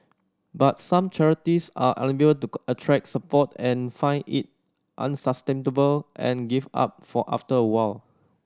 but some charities are to attract support and find it unsustainable and give up for after a while